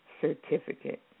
certificate